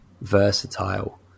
versatile